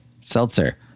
seltzer